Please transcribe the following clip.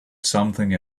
something